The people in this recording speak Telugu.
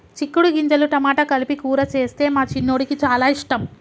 చిక్కుడు గింజలు టమాటా కలిపి కూర చేస్తే మా చిన్నోడికి చాల ఇష్టం